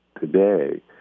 today